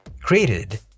created